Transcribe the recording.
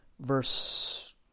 Verse